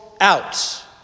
out